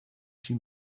she